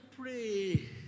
pray